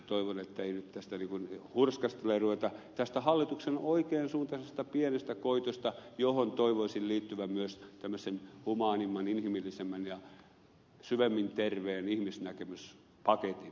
toivon että ei nyt tästä hurskastelemaan ruveta tästä hallituksen oikean suuntaisesta pienestä koitosta johon toivoisin liittyvän myös tämmöisen humaanimman inhimillisemmän ja syvemmin terveen ihmisnäkemyspaketin